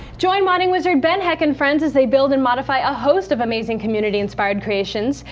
join modding wizard ben heck and friends as they build and modify a host of amazing community inspired creations.